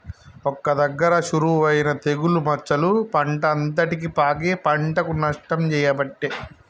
ఒక్క దగ్గర షురువు అయినా తెగులు మచ్చలు పంట అంతటికి పాకి పంటకు నష్టం చేయబట్టే